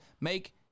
Make